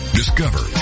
discover